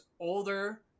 older